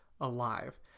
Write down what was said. alive